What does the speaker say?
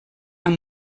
amb